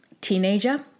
teenager